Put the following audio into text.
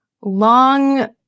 long